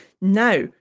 Now